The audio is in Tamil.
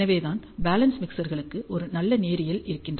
எனவேதான் பேலென்ஸ் மிக்சர்களுக்கு ஒரு நல்ல நேரியல் இருக்கின்றது